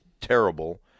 terrible